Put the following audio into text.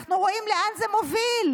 אנחנו רואים לאן זה מוביל.